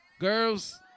Girls